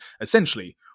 Essentially